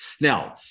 Now